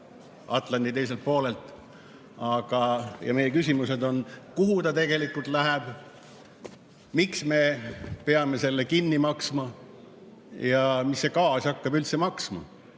Atlandi teiselt poolelt. Meie küsimused on, kuhu ta tegelikult läheb, miks me peame selle kinni maksma ja mis see gaas hakkab üldse maksma.